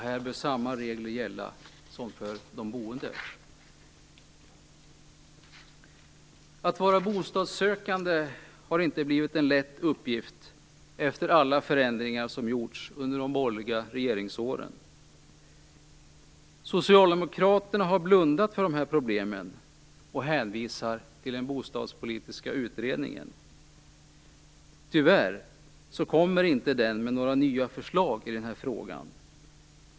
Här bör samma regler gälla som för de boende. Att vara bostadssökande har inte blivit en lätt uppgift efter alla förändringar som har gjorts under de borgerliga regeringsåren. Socialdemokraterna har blundat för dessa problem och hänvisar till den bostadspolitiska utredningen. Tyvärr kommer inte den med några nya förslag i den här frågan.